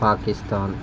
Pakistan